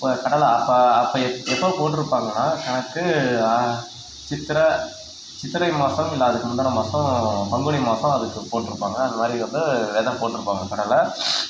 இப்போ கடலை அப்போ அப்போ எப்போது போட்டிருப்பாங்கன்னா கணக்கு சித்திரை சித்திரை மாதம் இல்லை அதுக்கு முந்தின மாதம் பங்குனி மாசம் அதுக்கு போட்டிருப்பாங்க அந்தமாதிரி வந்து விதை போட்டிருப்பாங்க கடலை